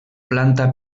planta